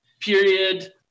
period